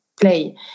play